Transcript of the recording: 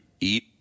Eat